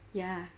ya